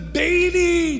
daily